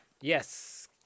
Yes